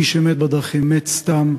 מי שמת בדרכים, מת סתם.